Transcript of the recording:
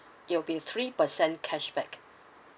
it'll be three percent cashback